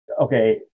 Okay